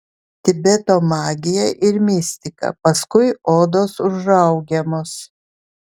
tibeto magija ir mistika paskui odos užraugiamos